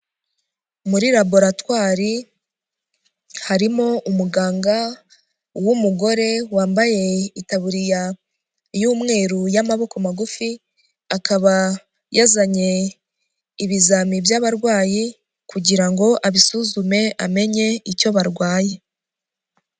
Muri raboratwari, harimo umuganga w'umugore wambaye itaburiya y'umweru y'amaboko magufi, akaba yazanye ibizamiini by'abarwayi kugira ngo abisuzume amenye icyo barwaye.